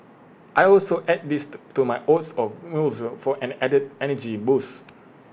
I also add these to to my oats or muesli for an added energy boost